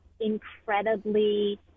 incredibly